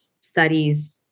studies